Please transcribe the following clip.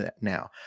now